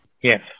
Yes